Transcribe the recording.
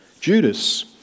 Judas